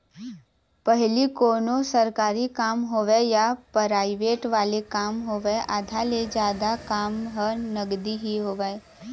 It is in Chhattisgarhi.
पहिली कोनों सरकारी काम होवय या पराइवेंट वाले काम होवय आधा ले जादा काम ह नगदी ही होवय